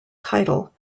title